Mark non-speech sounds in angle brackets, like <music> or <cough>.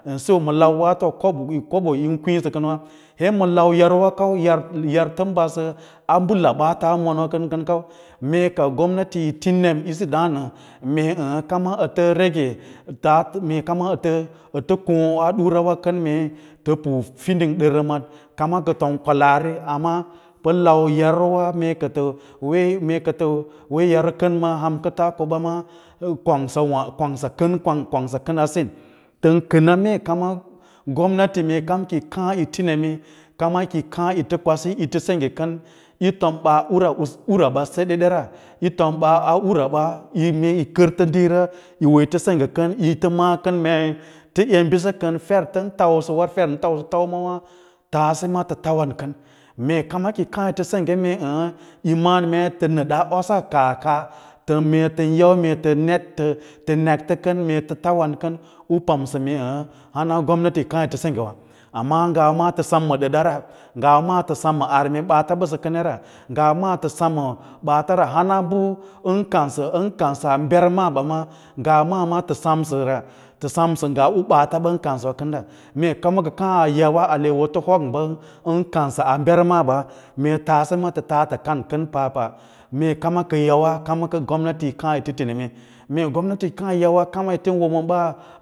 Ən siyo ye ma lauwaato siyo kobo yin kwiisə kənwâ, ye ma lau yaro wa kau yar ən badsə a mbə laba kaa monwa dəm kau, mee ka gomntati yi ti nem’isi dǎǎnnə mee ə̌ə̌ kama ətə rege mee kama ətə koõ ua ɗarawa kən mee tə pu fiding ɗərrə maɗ kam ka tom kwalaari amma pə lau yaro <unintelligible> wa mee kə tə wee yaro kən ma ham kətaa ko ɓa maa kongsa kən asín, tən kəna mee kama gomntati mee kam ki yi kaã yiti neme kama ki yi kaã yi tə kwasiyi tə sengge kən, yi tom ɓaa ura uraɓa sedede ra, yi tom ɓaa uraɓa yi <unintelligible> kərfə dira yi wo yitə sengge kən yi tə maꞌa kən mue tə em ɓisa kən fer tə tausəwa fer ən tausən tauwa tabema tə tauwan kəri mee kama ki yi kaa yi tə sengge mee ə̌ə̌ yi maꞌan̄ mee tə nədaa osa kaa kaa <unintelligible> mee tən yau mee tə tə nektə kən mee tə tauwan kən u pamsə mee hana gomnati kiyi kaã yi tə sengge wa, amma ngwa maa tə sem ma ɗaɗara, ngawa maa tə sem ma ɗəɗara, ngawa maa tə sem ma arme ɓaata ɓəsə kən yara, ngawa ma tə sem ma ɓaatara hanabə u ən kanse u an kanse barmaa ɓa maa ngawa maa tə semsəra tə semsə ngaa u ɓaata ɓan kansəwa kənda mee kama ka kaã a yawa ətə ho ɓaa ɓən kansa a bermaa ɓa mee tse ma tə taa tə kan kən papa, mee kama ka yawa kam gomnati yi kaã yitə ti neme. Mee gomnati ki yi yawa yi kaã yi tən wo ma ɓaa.